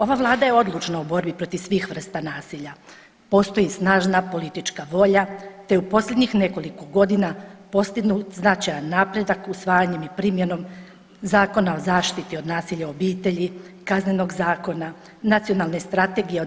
Ova Vlada je odlučna u borbi protiv sivih vrsta nasilja, postoji snažna politička volja te u posljednjih nekoliko godina postignut značajan napredak usvajanjem i primjenom Zakona o zaštiti od nasilja u obitelji, Kaznenog zakona, Nacionalne strategije o